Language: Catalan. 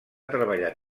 treballar